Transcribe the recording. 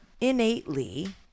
innately